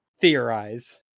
theorize